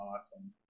awesome